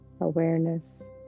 awareness